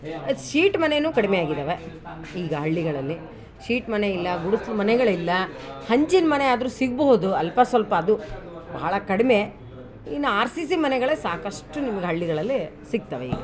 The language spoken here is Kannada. ಅದು ಶೀಟ್ ಮನೇನು ಕಡಿಮೆ ಆಗಿದಾವೆ ಈಗ ಹಳ್ಳಿಗಳಲ್ಲಿ ಶೀಟ್ ಮನೆ ಇಲ್ಲಾ ಗುಡಿಸ್ಲು ಮನೆಗಳಿಲ್ಲ ಹಂಚಿನ ಮನೆ ಆದರು ಸಿಗ್ಬೌಹುದು ಅಲ್ಪ ಸ್ವಲ್ಪ ಅದು ಬಹಳ ಕಡಿಮೆ ಇನ್ನು ಆರ್ ಸಿ ಸಿ ಮನೆಗಳೇ ಸಾಕಷ್ಟು ನಿಮ್ಗೆ ಹಳ್ಳಿಗಳಲ್ಲಿ ಸಿಗ್ತವೆ ಈಗ